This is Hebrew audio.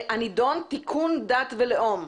הנידון: תיקון דת ולאום.